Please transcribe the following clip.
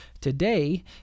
Today